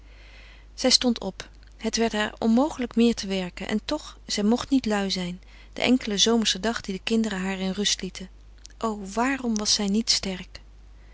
zij stond op het werd haar onmogelijk meer te werken en toch zij mocht niet lui zijn den enkelen zomerschen dag dien de kinderen haar in rust lieten o waarom was zij niet sterk